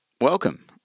welcome